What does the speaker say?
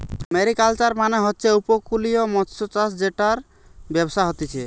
mariculture মানে হচ্ছে উপকূলীয় মৎস্যচাষ জেটার ব্যবসা হতিছে